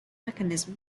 mechanisms